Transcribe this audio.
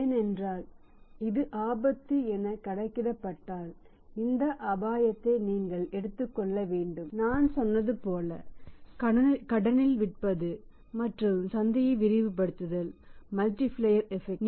ஏனென்றால் இது ஆபத்து எனக் கணக்கிடப்பட்டால் இந்த அபாயத்தை நீங்கள் எடுத்துக்கொள்ள வேண்டும் நான் சொன்னதுபோல கடனில் விற்பது மற்றும் சந்தையை விரிவுபடுத்துதல் மல்டிபிளேயர் எபெக்ட்